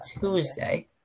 Tuesday